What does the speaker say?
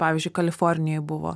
pavyzdžiui kalifornijoj buvo